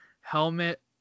helmet